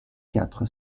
quatre